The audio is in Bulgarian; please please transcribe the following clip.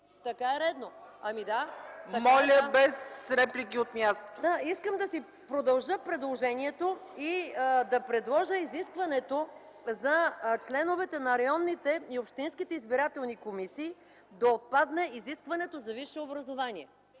ЦЕЦКА ЦАЧЕВА: Моля без реплики от място. МАЯ МАНОЛОВА: Искам да си продължа предложението и да предложа изискването за членовете на районните и общинските избирателни комисии да отпадне изискването на висше образование,